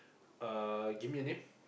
uh give me a name